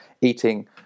eating